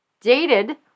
dated